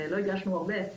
לא הגשנו הרבה.